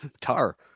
tar